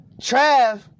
Trav